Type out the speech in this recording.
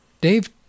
Dave